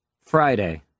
Friday